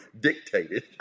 dictated